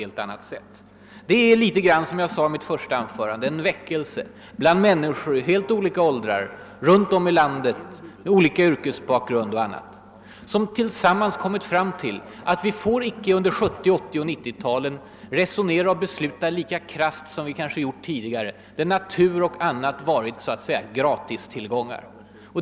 Det förekommer, såsom jag framhöll i mitt första anförande, något av en väckelse i det här sammanhanget. Människor i olika åldrar, runt om i vårt land, med olika yrkesmässig bakgrund har tillsammans kommit fram till att vi under kommande årtionden inte får resonera och besluta lika krasst som vi kanske gjort tidigare, då naturvärden betraktats som ett slags gratistillgångar.'